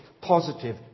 positive